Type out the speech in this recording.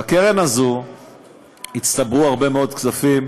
בקרן הזו הצטברו הרבה מאוד כספים,